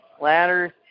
Ladders